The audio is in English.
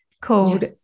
called